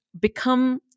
become